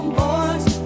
boys